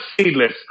seedless